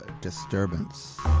disturbance